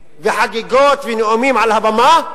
וחגיגות, ונאומים על הבמה.